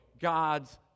God's